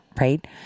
right